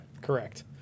Correct